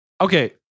Okay